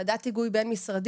וועדת היגוי בין-משרדית,